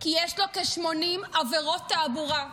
כי יש לו כ-80 עבירות תעבורה,